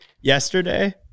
yesterday